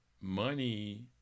money